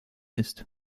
ist